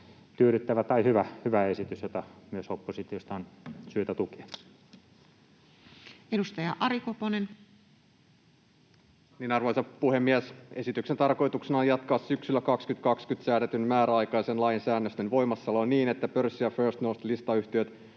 tyydyttävä tai hyvä esitys, jota myös oppositiosta on syytä tukea. Edustaja Ari Koponen. Arvoisa puhemies! Esityksen tarkoituksena on jatkaa syksyllä 2020 säädetyn määräaikaisen lain säännösten voimassaoloa niin, että pörssi- ja First North -listayhtiöt